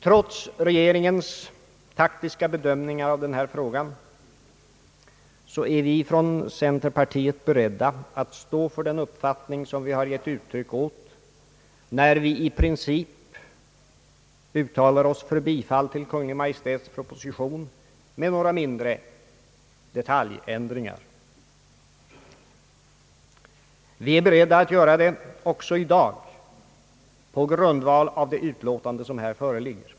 Trots regeringens taktiska bedömningar av denna fråga är vi från centerpartiet beredda att stå för den uppfattning vi gett uttryck åt när vi i princip uttalar oss för bifall till Kungl. Maj:ts proposition med några mindre detaljändringar. Vi är beredda att göra det också i dag på grundval av det utlåtande som föreligger.